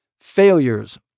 failures